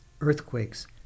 earthquakes